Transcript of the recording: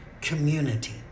community